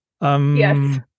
Yes